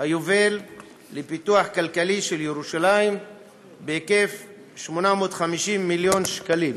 היובל לפיתוח כלכלי של ירושלים בהיקף 850 מיליון ש"ח.